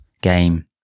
game